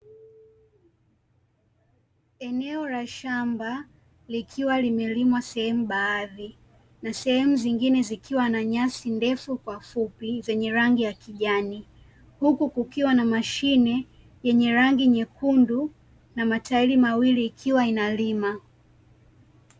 Eneo la shamba likiwa limelimwa sehemu baadhi na sehemu zingine zikiwa na nyasi ndefu kwa fupi zenye rangi ya kijani. Huku kukiwa na mashine yenye rangi nyekundu na matairi mawili ikiwa inalima.